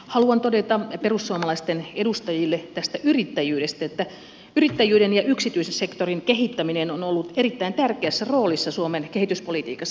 haluan todeta perussuomalaisten edustajille tästä yrittäjyydestä että yrittäjyyden ja yksityisen sektorin kehittäminen on ollut erittäin tärkeässä roolissa suomen kehityspolitiikassa